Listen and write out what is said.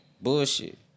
bullshit